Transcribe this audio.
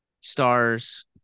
stars